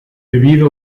debido